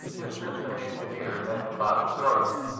the assistant engineer had him by the throat,